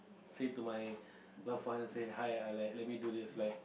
say to my love ones say hi I like let me do this like